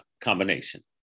combination